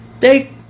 Take